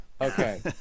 Okay